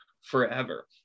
forever